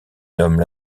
nomment